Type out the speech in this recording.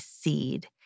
Seed